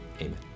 Amen